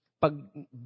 Pag